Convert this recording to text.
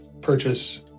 purchase